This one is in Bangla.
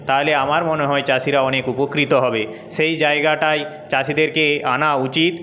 তাহলে আমার মনে হয় চাষিরা অনেক উপকৃত হবে সেই জায়গাটাই চাষিদেরকে আনা উচিত